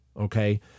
okay